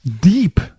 Deep